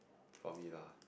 for me lah